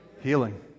Healing